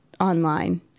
online